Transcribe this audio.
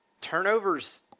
turnovers